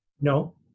No